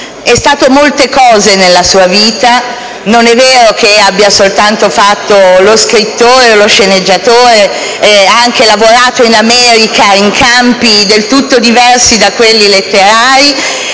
È stato molte cose nella sua vita. Non è vero che abbia soltanto fatto lo scrittore e lo sceneggiatore: ha anche lavorato in America in campi del tutto diversi da quelli letterari.